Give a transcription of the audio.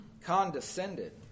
condescended